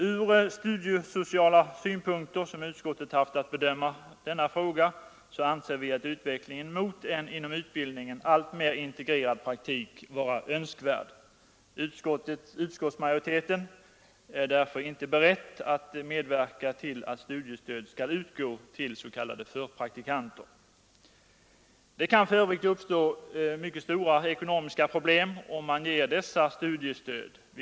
Utskottet har haft att bedöma denna fråga från studiesociala synpunkter, och då har vi ansett att utvecklingen mot en inom utbildningen allt mer integrerad praktik är önskvärd. Utskottsmajoriteten är därför inte beredd att medverka till att studiestöd skall utgå till s.k. förpraktikanter. Det kan för övrigt uppstå stora ekonomiska problem om studiestöd utgår.